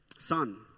Son